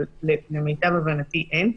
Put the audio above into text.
אבל למיטב הבנתי אין.